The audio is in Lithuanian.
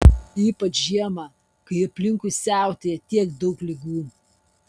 ypač žiemą kai aplinkui siautėja tiek daug ligų